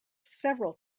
several